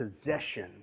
possession